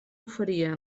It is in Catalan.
oferia